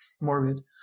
morbid